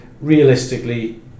realistically